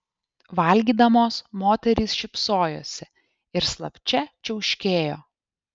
valgydamos moterys šypsojosi ir slapčia čiauškėjo